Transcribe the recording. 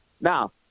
Now